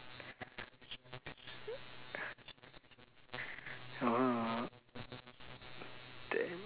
mm